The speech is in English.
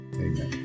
Amen